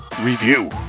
Review